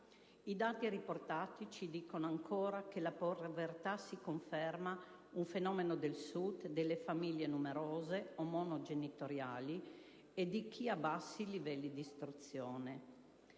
I dati riportati ci dicono ancora che la povertà si conferma un fenomeno del Sud, delle famiglie numerose o monogenitoriali e di chi ha bassi livelli di istruzione.